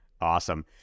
Awesome